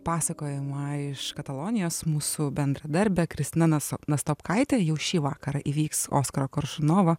pasakojama iš katalonijos mūsų bendradarbė kristina nas nastopkaitė jau šį vakarą įvyks oskaro koršunovo